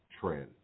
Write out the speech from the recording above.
trend